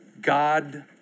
God